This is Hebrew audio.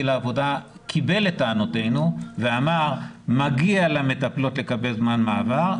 לעבודה קיבל את טענותינו ואמר שמגיע למטפלות לקבל זמן מעבר,